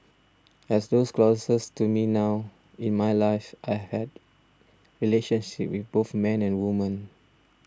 as those closest to me know in my lives I had relationships with both men and women